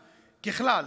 ככלל,